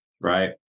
right